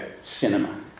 cinema